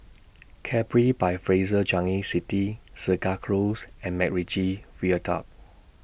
Capri By Fraser Changi City Segar Close and Macritchie Viaduct